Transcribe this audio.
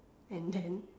and then